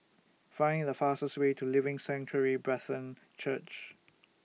Find The fastest Way to Living Sanctuary Brethren Church